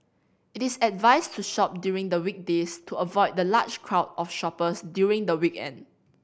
it is advised to shop during the weekdays to avoid the large crowd of shoppers during the weekend